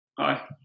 Hi